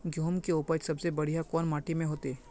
गेहूम के उपज सबसे बढ़िया कौन माटी में होते?